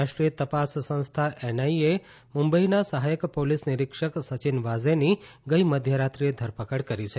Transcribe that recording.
રાષ્ટ્રીય તપાસ સંસ્થા એનઆઈએ એ મુંબઈના સહાયક પોલીસ નિરીક્ષક સચિન વાઝેની ગઈ મધ્યરાત્રિએ ધરપકડ કરી છે